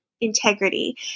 integrity